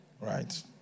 Right